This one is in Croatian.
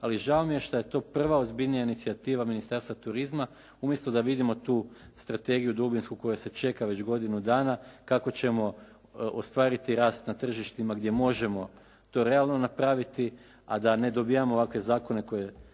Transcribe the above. ali žao mi je što je to prva ozbiljnija inicijativa Ministarstva turizma umjesto da vidimo tu strategiju dubinsku koja se čeka već godinu dana, kako ćemo ostvariti rast na tržištima gdje možemo to realno napraviti, a da ne dobivamo ovakve zakone koje